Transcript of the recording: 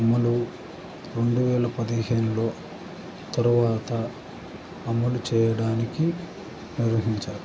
అమలు రెండు వేల పదిహేనులో తరువాత అమలు చేయడానికి నిర్వహించారు